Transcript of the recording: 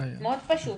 מאוד פשוט.